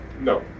No